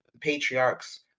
patriarchs